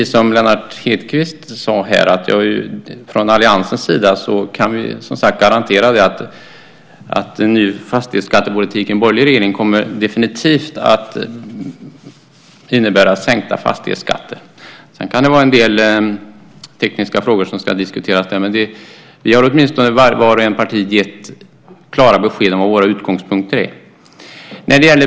Som Lennart Hedquist sade kan vi från alliansens sida garantera att en borgerlig regering definitivt kommer att innebära sänkta fastighetsskatter. Sedan kan det vara en del tekniska frågor som ska diskuteras. Men vart och ett av våra partier har åtminstone gett klara besked om våra utgångspunkter.